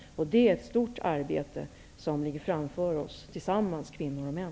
Det är ett stort arbete som ligger framför oss tillsammans, kvinnor och män.